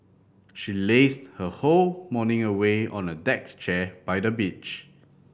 she lazed her whole morning away on a deck chair by the beach